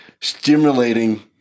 stimulating